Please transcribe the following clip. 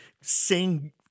sing